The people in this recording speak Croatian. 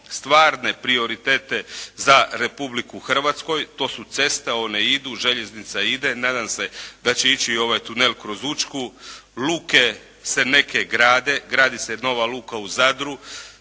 stvarne prioritete za Republiku Hrvatsku, to su ceste, one idu, željeznica ide, nadam se da će ići i ovaj tunel kroz Učku, luke se neke grade, gradi se nova luka u Zadru,